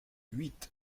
huit